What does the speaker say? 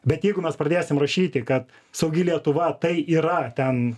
bet jeigu mes pradėsim rašyti kad saugi lietuva tai yra ten